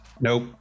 Nope